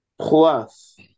plus